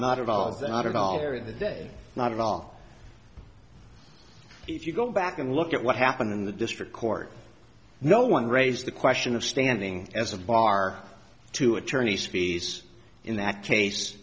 not at all is that not a dollar of the day not at all if you go back and look at what happened in the district court no one raised the question of standing as a bar to attorney species in that case